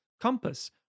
compass